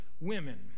women